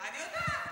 אני יודעת.